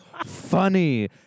funny